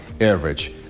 average